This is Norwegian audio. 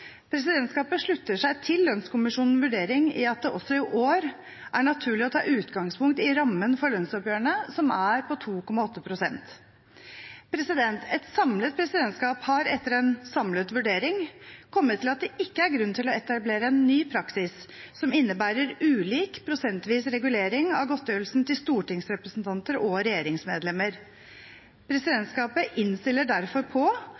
Presidentskapet slutter seg til lønnskommisjonens vurdering i at det også i år er naturlig å ta utgangspunkt i rammen for lønnsoppgjørene, som er på 2,8 pst. Et samlet presidentskap har etter en samlet vurdering kommet til at det ikke er grunn til å etablere en ny praksis som innebærer ulik prosentvis regulering av godtgjørelsen til stortingsrepresentanter og regjeringsmedlemmer. Presidentskapet innstiller derfor på